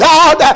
God